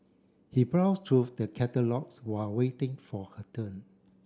he browsed through the catalogues while waiting for her turn